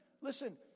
listen